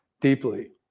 deeply